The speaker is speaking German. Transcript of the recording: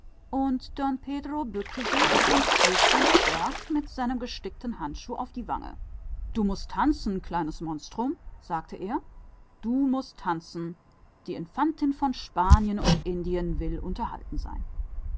und don pedro beugte sich nieder und schlug den zwerg mit seinem gestickten handschuh auf die backe du sollst tanzen rief er kleines scheusal du sollst tanzen die infantin von spanien und den beiden indien will amüsiert sein